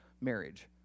marriage